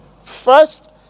First